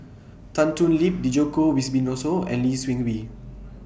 Tan Thoon Lip Djoko Wibisono and Lee Seng Wee